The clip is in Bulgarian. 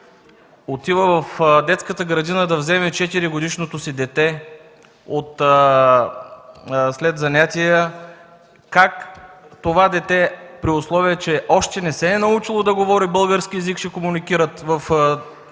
отива в детска градина, да вземе 4-годишното си дете след занятия, как това дете, при условие че още не се е научило да говори български език, ще комуникира в тази детска